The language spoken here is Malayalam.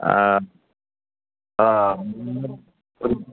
ആ ആ